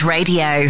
Radio